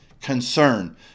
concern